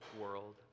world